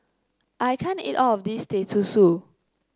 I can't eat all of this Teh Susu